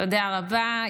תודה רבה.